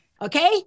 Okay